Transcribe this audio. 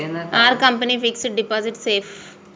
Are company fixed deposit safe?